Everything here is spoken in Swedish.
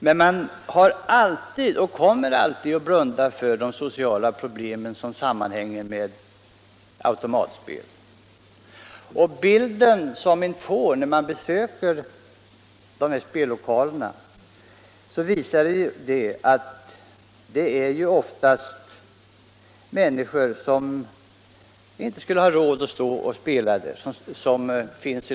Men man har alltid blundat och kommer alltid att blunda för de sociala problem som sammanhänger med automatspel. Den bild som ett besök i en spellokal ger visar att det oftast är människor som inte skulle ha råd att spela som står där.